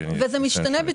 זה משתנה.